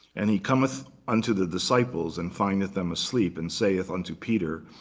and he cometh unto the disciples and findeth them asleep, and sayeth unto peter,